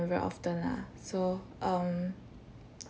very often lah so um